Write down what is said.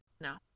no